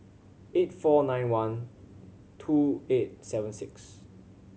eight four nine one two eight seven six